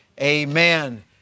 Amen